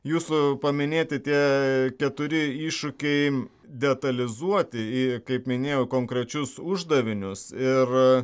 jūsų paminėti tie keturi iššūkiai detalizuoti kaip minėjau konkrečius uždavinius ir